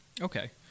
Okay